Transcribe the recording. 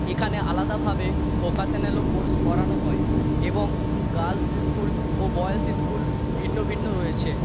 এখানে আলাদাভাবে ভোকাশেনলও কোর্স করানো হয় এবং গার্লস স্কুল ও বয়েস স্কুল ভিন্ন ভিন্ন রয়েছে